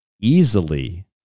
easily